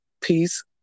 Peace